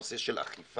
נושא של אכיפה,